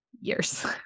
years